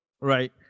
right